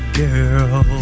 girl